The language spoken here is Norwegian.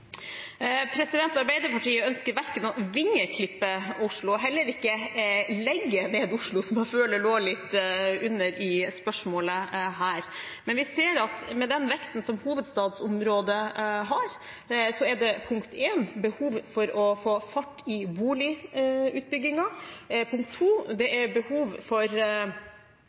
Arbeiderpartiet ønsker verken å vingeklippe Oslo eller å legge ned Oslo, som jeg følte lå litt under i spørsmålet her. Men vi ser at med den veksten som hovedstadsområdet har, er det, punkt én: behov for å få fart på boligutbyggingen, og, punkt to: behov for raskere planlegging av kollektivløsningene. Det